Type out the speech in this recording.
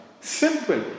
Simple